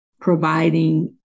providing